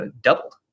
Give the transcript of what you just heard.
doubled